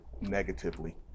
negatively